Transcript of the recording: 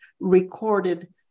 recorded